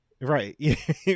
Right